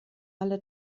alle